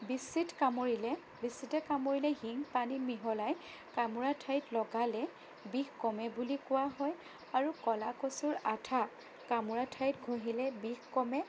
বিশ্চিত কামুৰিলে বিশ্চিতে কামুৰিলে শিং পানী মিহলাই কামোৰা ঠাইত লগালে বিষ কমে বুলি কোৱা হয় আৰু কলা কচুৰ আঠা কামোৰা ঠাইত ঘঁহিলে বিষ কমে